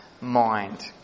mind